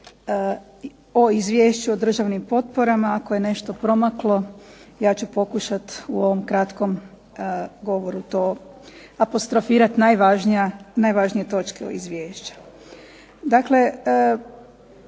o izvješću o državnim potporama. Ako je nešto promaklo ja ću pokušati u ovom kratkom govoru to apostrofirati najvažnije točke izvješća.